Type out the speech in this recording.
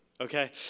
okay